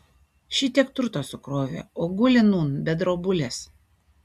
šitiek turto sukrovė o guli nūn be drobulės